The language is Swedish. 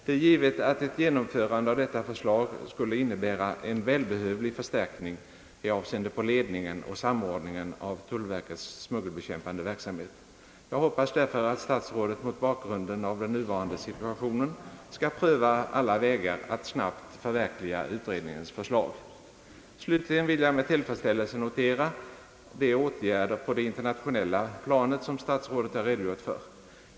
Det är givet att ett genomförande av detta förslag skulle innebära en välbehövlig förstärkning i avseende på ledningen och samordningen av tullverkets smuggelbekämpande verksamhet. Jag hoppas därför att statsrådet mot bakgrunden av den nuvarande situationen skall pröva aila vägar att snabbt förverkliga utredningens förslag. Slutligen vill jag med tillfredsställelse notera de åtgärder på det internationella planet som statsrådet redogjort för.